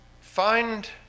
Find